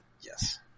Yes